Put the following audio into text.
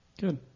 Good